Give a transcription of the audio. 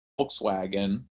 Volkswagen